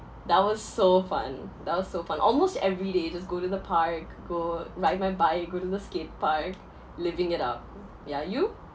that was so fun that was so fun almost every day just go to the park go ride my bike go to the skate park living it up yeah you